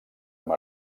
amb